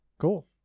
cool